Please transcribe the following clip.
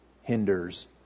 hinders